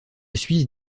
suisse